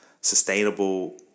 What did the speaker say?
sustainable